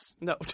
no